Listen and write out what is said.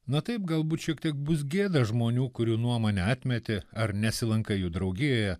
na taip galbūt šiek tiek bus gėda žmonių kurių nuomonę atmeti ar nesilankai jų draugijoje